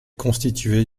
constitué